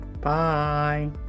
Bye